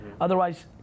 Otherwise